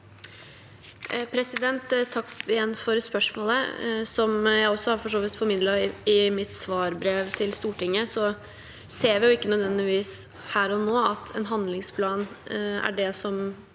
Takk igjen for spørsmålet. Som jeg for så vidt også har formidlet i mitt svarbrev til Stortinget, ser vi ikke nødvendigvis her og nå at en handlingsplan er det